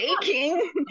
baking